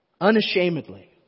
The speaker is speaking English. unashamedly